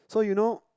so you know